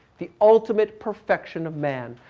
the ultimate perfection of man.